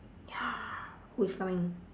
ya who is coming